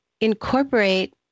incorporate